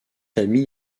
ami